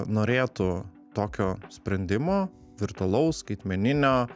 norėtų tokio sprendimo virtualaus skaitmeninio